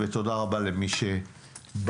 ותודה רבה למי שבא.